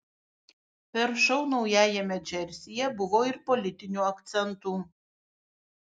per šou naujajame džersyje buvo ir politinių akcentų